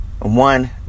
One